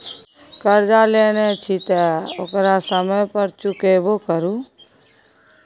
करजा लेने छी तँ ओकरा समय पर चुकेबो करु